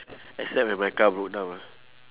except when my car broke down ah